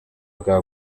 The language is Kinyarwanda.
bwa